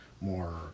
more